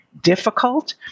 difficult